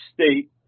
state